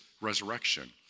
resurrection